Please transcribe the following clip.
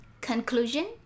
Conclusion